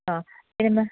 അഹ് പിന്നെ എന്താ